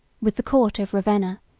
with the court of ravenna,